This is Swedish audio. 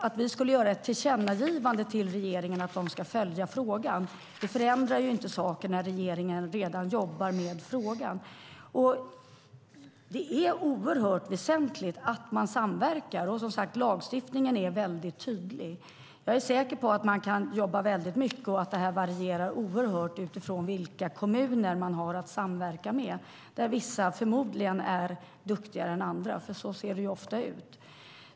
Att vi skulle göra ett tillkännagivande till regeringen att de ska följa frågan förändrar inte saken när regeringen redan jobbar med frågan. Det är oerhört väsentligt att man samverkar, och lagstiftningen är som sagt väldigt tydlig. Jag är säker på att man kan jobba väldigt mycket och att detta varierar oerhört utifrån vilka kommuner man har att samverka med. Vissa är förmodligen duktigare än andra, för så ser det ofta ut.